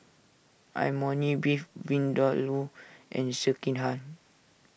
Imoni Beef Vindaloo and Sekihan